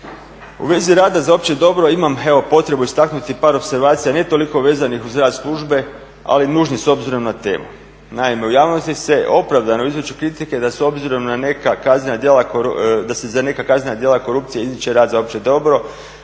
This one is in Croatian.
U vezi rada za opće dobro imam evo potrebu istaknuti par opservacija ne toliko vezanih uz rad službe, ali nužnih s obzirom na temu. Naime, u javnosti se opravdano izriču kritike da se za neka kaznena djela korupcije izriče rad za opće dobro